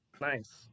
Nice